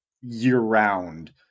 year-round